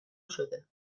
شده